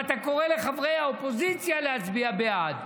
ואתה קורא לחברי האופוזיציה להצביע בעד.